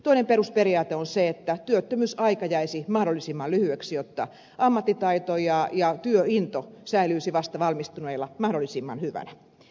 toinen perusperiaate on se että työttömyysaika jäisi mahdollisimman lyhyeksi jotta ammattitaito ja työinto säilyisivät vasta valmistuneilla mahdollisimman hyvänä